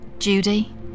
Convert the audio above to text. Judy